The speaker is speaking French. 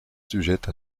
sujette